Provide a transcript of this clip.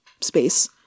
space